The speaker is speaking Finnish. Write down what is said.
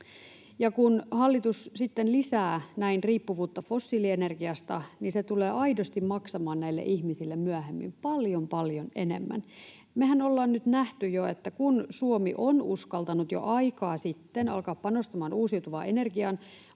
kun hallitus sitten lisää näin riippuvuutta fossiilienergiasta, niin se tulee aidosti maksamaan näille ihmisille myöhemmin paljon, paljon enemmän. Mehän ollaan nyt nähty jo, että kun Suomi on uskaltanut jo aikaa sitten alkaa panostamaan uusiutuvaan energiaan,